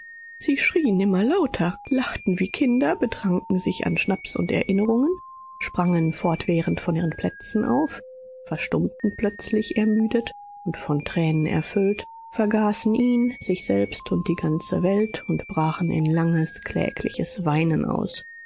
sie schrieen immer lauter lachten wie kinder betranken sich an schnaps und erinnerungen sprangen fortwährend von ihren plätzen auf verstummten plötzlich ermüdet und von tränen erfüllt vergaßen ihn sich selbst und die ganze welt und brachen in langes klägliches weinen aus